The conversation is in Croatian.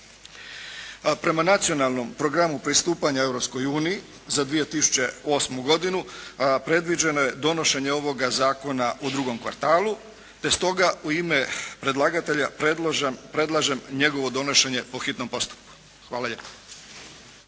Prema Nacionalnog programu pristupanja Europskoj uniji za 2008. godinu predviđeno je donošenje ovoga zakona u drugom kvartalu, te stoga u ime predlagatelja predlažem njegovo donošenje po hitnom postupku. Hvala lijepo.